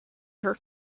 her